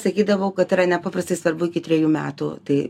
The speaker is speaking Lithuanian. sakydavau kad yra nepaprastai svarbu iki trejų metų tai